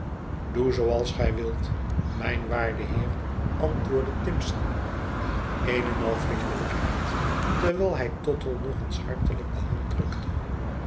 doe zooals gij wilt mijn waarde heer antwoordde timson eenenal vriendelijkheid terwijl hij tottle nog eens hartelijk de hand drukte